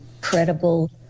credible